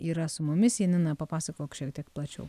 yra su mumis janina papasakok šiek tiek plačiau